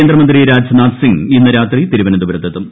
കേന്ദ്രമന്ത്രി രാജ്നാഥ് സിംഗ് ഇന്ന് രാത്രി തിരുവനന്തപുരത്ത് എത്തും